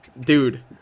dude